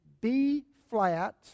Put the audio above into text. B-flat